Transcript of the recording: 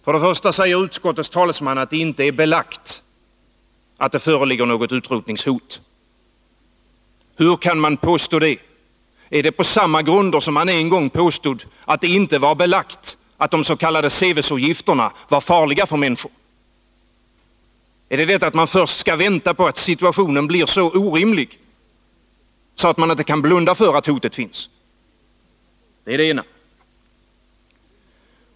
För det första säger utskottets talesman att det inte är belagt att det föreligger något utrotningshot. Hur kan man påstå det? Är det på samma grund som man en gång påstod att det inte var belagt att de s.k. Sevesogifterna var farliga för människor? Är det detta att man först skall vänta på att situationen blir så orimlig att man inte kan blunda för att hotet finns?